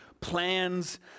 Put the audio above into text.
plans